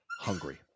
hungry